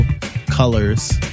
colors